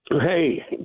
Hey